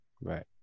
Right